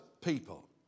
people